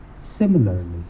Similarly